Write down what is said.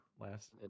last